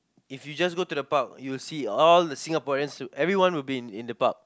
if you just go to the pub you will see all the Singaporeans who everyone will be in the pub